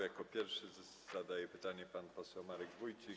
Jako pierwszy zadaje pytanie pan poseł Marek Wójcik.